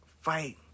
fight